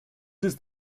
ist